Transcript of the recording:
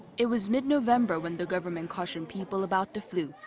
it was mid-november when the government cautioned people about the flu,